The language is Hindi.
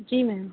जी मैम